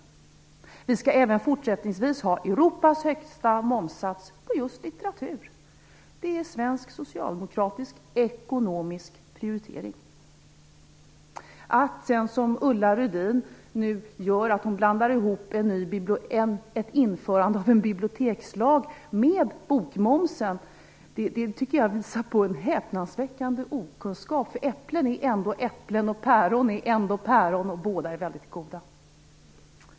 Sverige skall även fortsättningsvis ha Europas högsta momssats på litteratur. Det är svensk socialdemokratisk ekonomisk prioritering. Ulla Rudin blandar ihop ett införande av en ny bibliotekslag med bokmomsen. Det tycker jag visar på en häpnadsväckande okunskap. Äpplen är ändå äpplen, och päron är ändå päron - och båda är väldigt goda.